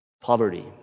poverty